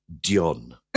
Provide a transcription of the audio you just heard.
Dion